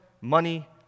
money